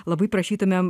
labai prašytumėm